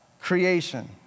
creation